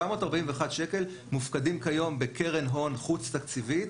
741 מיליון שקל מופקדים היום בקרן הון חוץ-תקציבית